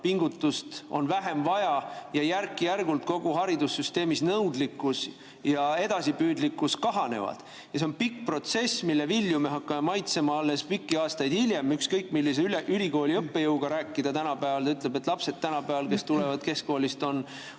pingutust on vähem vaja ja järk-järgult kogu haridussüsteemis nõudlikkus ja edasipüüdlikkus kahanevad. See on pikk protsess, mille vilju me hakkame maitsma alles pikki aastaid hiljem. Ükskõik, millise ülikooli õppejõuga rääkida, ta ütleb, et tänapäeval lapsed, kes tulevad keskkoolist, on